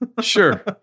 sure